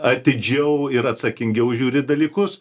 atidžiau ir atsakingiau žiūri dalykus